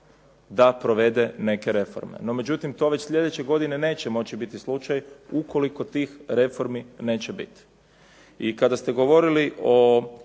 da provede neke reforme. No međutim, to već slijedeće godine neće moći biti slučaj ukoliko tih reformi neće biti.